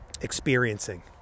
experiencing